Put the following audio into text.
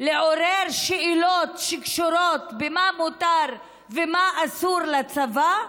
לעורר שאלות שקשורות במה מותר ומה אסור לצבא?